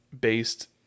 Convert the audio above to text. based